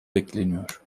bekleniyor